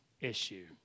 issue